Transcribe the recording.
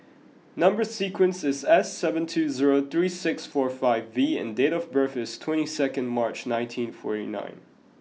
number sequence is S seven two zero three six four five V and date of birth is twenty second March nineteen forty nine